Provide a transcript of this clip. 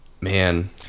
Man